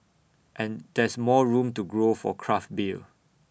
and there's more room to grow for craft beer